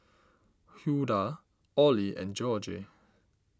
Hulda Orley and Jorge